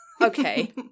Okay